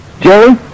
Jerry